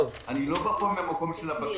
אני לא בא לפה מהמקום של הבקשיש,